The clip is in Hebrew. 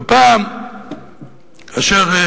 ופעם כאשר,